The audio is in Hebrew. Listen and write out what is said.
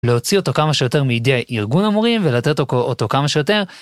להוציא אותו כמה שיותר מידי ארגון המורים ולתת אותו אותו כמה שיותר